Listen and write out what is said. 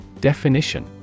Definition